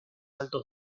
altos